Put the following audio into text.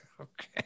Okay